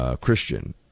Christian